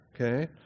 Okay